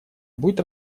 будет